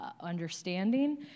understanding